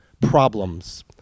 problems